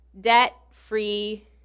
debt-free